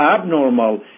abnormal